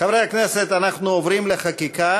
חברי הכנסת, אנחנו עוברים לחקיקה.